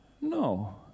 No